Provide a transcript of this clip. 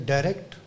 Direct